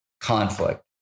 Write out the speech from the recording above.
conflict